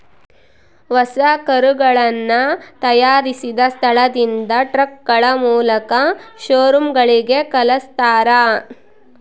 ಹೊಸ ಕರುಗಳನ್ನ ತಯಾರಿಸಿದ ಸ್ಥಳದಿಂದ ಟ್ರಕ್ಗಳ ಮೂಲಕ ಶೋರೂಮ್ ಗಳಿಗೆ ಕಲ್ಸ್ತರ